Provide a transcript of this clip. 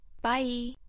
Bye